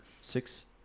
six